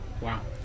Wow